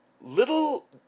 little